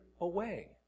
away